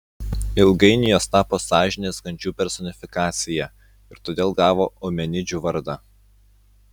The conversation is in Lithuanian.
ilgainiui jos tapo sąžinės kančių personifikacija ir todėl gavo eumenidžių vardą